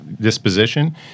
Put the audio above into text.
disposition